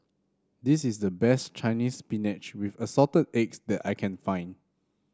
this is the best Chinese Spinach with Assorted Eggs that I can find